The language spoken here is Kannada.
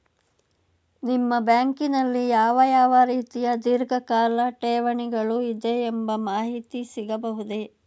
ನಿಮ್ಮ ಬ್ಯಾಂಕಿನಲ್ಲಿ ಯಾವ ಯಾವ ರೀತಿಯ ಧೀರ್ಘಕಾಲ ಠೇವಣಿಗಳು ಇದೆ ಎಂಬ ಮಾಹಿತಿ ಸಿಗಬಹುದೇ?